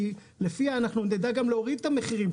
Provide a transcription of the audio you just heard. כי לפיה אנחנו נדע גם להוריד את המחירים,